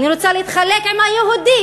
אני רוצה להתחלק עם היהודי